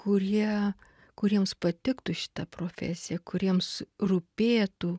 kurie kuriems patiktų šita profesija kuriems rūpėtų